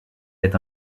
est